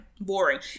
boring